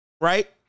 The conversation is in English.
right